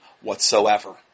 whatsoever